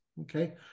Okay